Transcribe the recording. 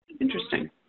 Interesting